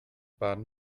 baden